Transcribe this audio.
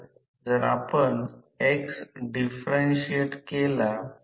आणि ही वजाबाकी कमी करणे म्हणजे येथे जे काही होते म्हणजे शाखा काढून ते सर्व नुकसान घेतले जाईल